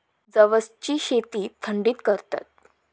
जवसची शेती थंडीत करतत